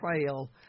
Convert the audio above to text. trail